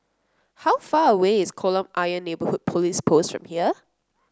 how far away is Kolam Ayer Neighbourhood Police Post from here